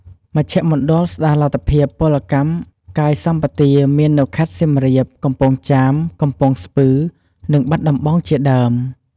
មជ្ឈមណ្ឌលស្តារលទ្ធភាពពលកម្មកាយសម្បទាមាននៅខេត្តសៀមរាប កំពង់ចាម កំពង់ស្ពឺ និងបាត់ដំបង់ជាដើម។